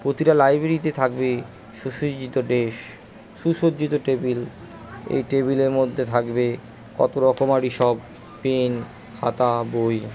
প্রতিটা লাইব্রেরিতে থাকবে সুসজ্জিত ডেস্ক সুসজ্জিত টেবিল এই টেবিলের মধ্যে থাকবে কত রকমারি সব পেন খাতা বই